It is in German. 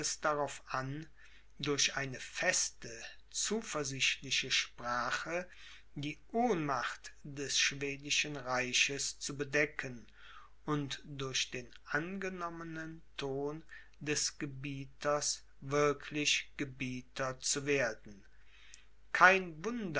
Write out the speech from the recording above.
darauf an durch eine feste zuversichtliche sprache die ohnmacht des schwedischen reiches zu bedecken und durch den angenommenen ton des gebieters wirklich gebieter zu werden kein